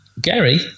Gary